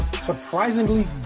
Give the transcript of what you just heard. surprisingly